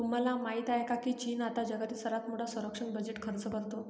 तुम्हाला माहिती आहे का की चीन आता जगातील सर्वात मोठा संरक्षण बजेट खर्च करतो?